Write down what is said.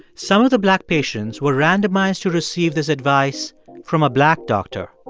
some of the black patients were randomized to receive this advice from a black doctor,